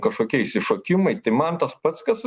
kažkokie išsišokimai tai man tas pats kas